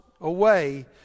away